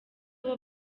abo